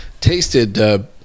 tasted